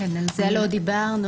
על זה לא דיברנו.